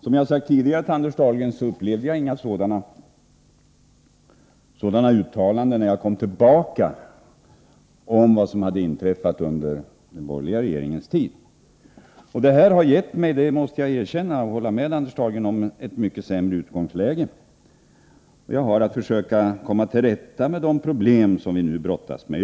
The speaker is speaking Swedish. Som jag har sagt tidigare till Anders Dahlgren så upplevde jag inga sådana uttalanden när jag kom tillbaka till detta fögderi med anledning av vad som hade hänt under den borgerliga regeringens tid. Jag håller med Anders Dahlgren om att det har gett mig ett mycket sämre utgångsläge. Jag har nu att försöka komma till rätta med de problem som vi brottas med.